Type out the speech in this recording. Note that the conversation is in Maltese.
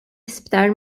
isptar